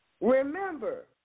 Remember